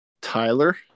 Tyler